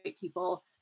people